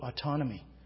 autonomy